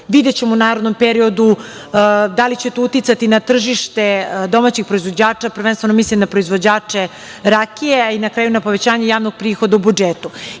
Videćemo u narednom periodu da li će to uticati na tržište domaćih proizvođača, prvenstveno mislim na proizvođače rakije, i na kraju na povećanje javnog prihoda u